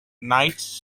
nights